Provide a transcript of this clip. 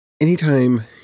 anytime